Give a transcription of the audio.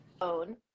own